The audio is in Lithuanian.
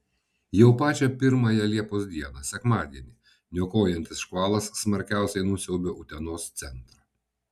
jau pačią pirmąją liepos dieną sekmadienį niokojantis škvalas smarkiausiai nusiaubė utenos centrą